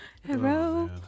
Hello